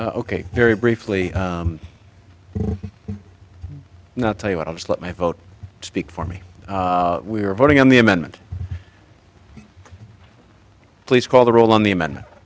ok very briefly not tell you what i'll just let my vote speak for me we are voting on the amendment please call the roll on the amendment